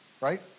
Right